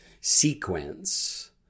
sequence